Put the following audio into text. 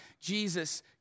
Jesus